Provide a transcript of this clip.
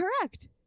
correct